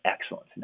excellence